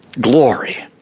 glory